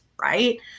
Right